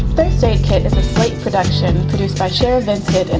first aid kit is a fake production produced by cher invented. and